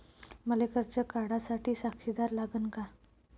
मले कर्ज काढा साठी साक्षीदार लागन का?